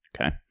Okay